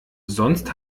sonst